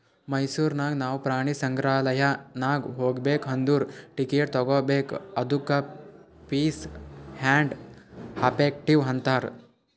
ಮೈಸೂರ್ ನಾಗ್ ನಾವು ಪ್ರಾಣಿ ಸಂಗ್ರಾಲಯ್ ನಾಗ್ ಹೋಗ್ಬೇಕ್ ಅಂದುರ್ ಟಿಕೆಟ್ ತಗೋಬೇಕ್ ಅದ್ದುಕ ಫೀಸ್ ಆ್ಯಂಡ್ ಎಫೆಕ್ಟಿವ್ ಅಂತಾರ್